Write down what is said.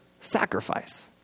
sacrifice